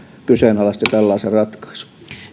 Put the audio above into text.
kyseenalaisti tällaisen ratkaisun